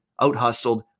outhustled